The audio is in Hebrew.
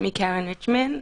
שמי קרן ריצמן,